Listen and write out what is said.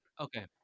Okay